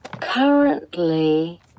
Currently